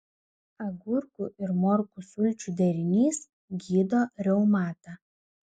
agurkų ir morkų sulčių derinys gydo reumatą